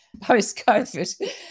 post-COVID